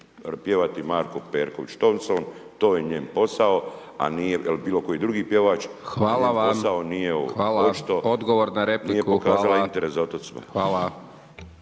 pjevati Marko Perković Thompson, to je njen posao a nije, ili bilo koji drugi pjevač. Njen posao nije ovo. Očito nije pokazala interes za